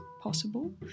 possible